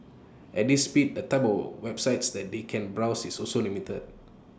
at this speed the type of websites that they can browse is also limited